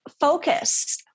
focus